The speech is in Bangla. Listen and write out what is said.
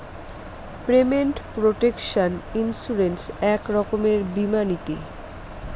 পেমেন্ট প্রটেকশন ইন্সুরেন্স এক রকমের বীমা নীতি